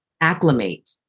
acclimate